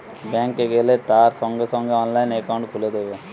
bank এ গেলে তারা সঙ্গে সঙ্গে অনলাইনে একাউন্ট খুলে দেবে